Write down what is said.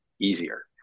easier